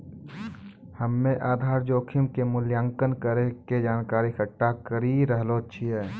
हम्मेआधार जोखिम के मूल्यांकन करै के जानकारी इकट्ठा करी रहलो छिऐ